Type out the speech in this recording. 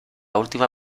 última